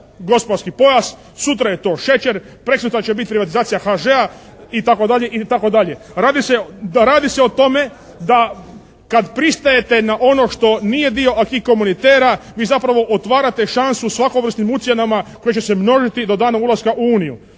gospodarski pojas, sutra je to šećer, prekosutra će biti privatizacija HŽ-a itd. Radi se o tome da kad pristajete na ono što nije dio acquis communautairea vi zapravo otvarate šansu svakovrsnim ucjenama koje će se množiti do dana ulaska u uniju.